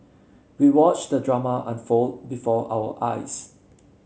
we watched the drama unfold before our eyes